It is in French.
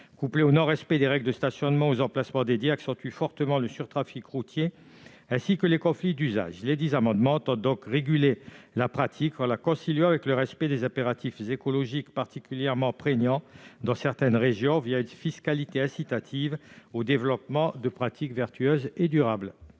couplé au non-respect des règles de stationnement aux emplacements dédiés, accentue fortement le surtrafic routier, ainsi que les conflits d'usage. Lesdits amendements tendent donc à réguler cette pratique, en la conciliant avec le respect des impératifs écologiques particulièrement prégnants dans certaines régions, une fiscalité incitative au développement de pratiques vertueuses et durables.